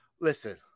Listen